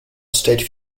state